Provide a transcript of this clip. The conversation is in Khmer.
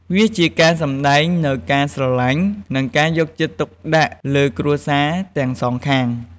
វាជាការសម្ដែងនូវការស្រឡាញ់ និងការយកចិត្តទុកដាក់លើគ្រួសារទាំងសងខាង។